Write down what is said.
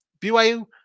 BYU